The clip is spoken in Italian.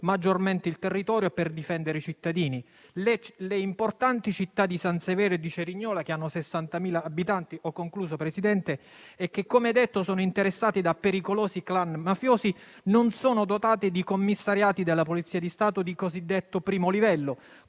maggiormente il territorio e per difendere i cittadini. Le importanti città di San Severo e Cerignola, con i loro 60.000 abitanti, che, come detto, sono interessati da pericolosi *clan* mafiosi, non sono dotate di commissariati della Polizia di Stato di cosiddetto primo livello,